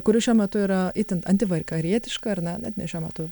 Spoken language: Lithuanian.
kuri šiuo metu yra itin antivaikarietiška ar ne net ne šiuo metu